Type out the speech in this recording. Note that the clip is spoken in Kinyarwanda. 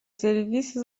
serivisi